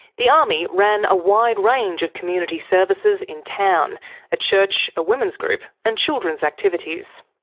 the army ran a wide range of community services in town a church, a women's group and children's activities.